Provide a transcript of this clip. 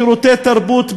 שירותי תרבות,